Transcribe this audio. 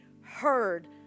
heard